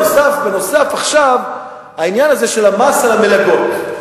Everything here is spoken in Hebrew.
ועכשיו נוסף גם העניין הזה של המס על המלגות.